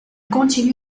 continue